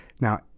Now